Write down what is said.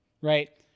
right